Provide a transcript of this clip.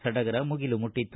ಸಡಗರ ಮುಗಿಲು ಮುಟ್ಟತ್ತು